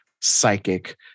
psychic